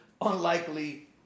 unlikely